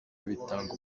bitanga